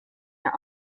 der